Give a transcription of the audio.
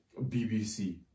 BBC